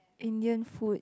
Indian food